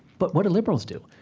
but what do liberals do?